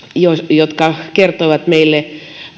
jotka kertoivat meille